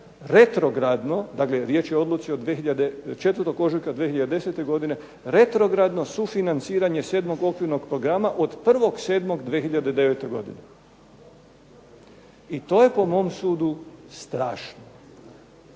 retrogradno. Dakle, riječ je o odluci od 4. ožujka 2010. godine, retrogradno sufinanciranje 7. okvirnog programa od 1.7.2009. godine i to je po mom sudu strašno.